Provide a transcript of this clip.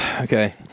Okay